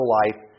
life